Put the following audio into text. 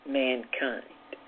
mankind